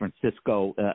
Francisco